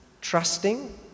trusting